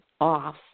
off